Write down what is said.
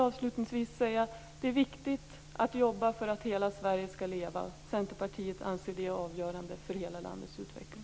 Avslutningsvis vill jag säga att det är viktigt att jobba för att hela Sverige skall leva. Centerpartiet anser att det är avgörande för hela landets utveckling.